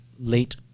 late